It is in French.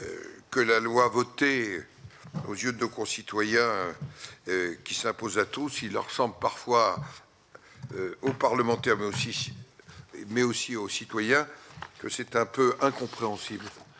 que la loi votée aux yeux de nos concitoyens qui s'impose à tous ceux qui leur sont parfois aux parlementaires, mais aussi, mais aussi aux citoyens, que c'est un peu incompréhensible